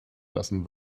lassen